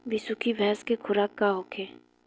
बिसुखी भैंस के खुराक का होखे?